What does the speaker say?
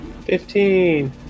Fifteen